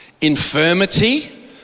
infirmity